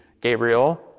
Gabriel